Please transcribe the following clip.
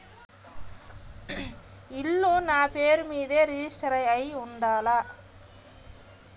ఇల్లు నాపేరు మీదే రిజిస్టర్ అయ్యి ఉండాల?